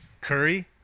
Curry